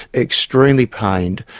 extremely pained,